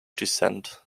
descent